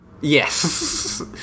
Yes